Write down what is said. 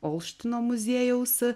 olštyno muziejaus